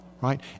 right